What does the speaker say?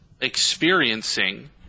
experiencing